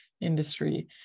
industry